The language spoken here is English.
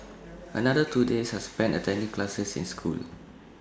another two days are spent attending classes in school